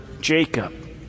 Jacob